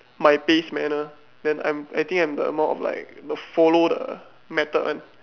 my pace manner then I'm I think I'm the more of the like follow the method one